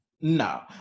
No